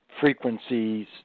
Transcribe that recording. frequencies